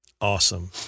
Awesome